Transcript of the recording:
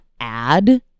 add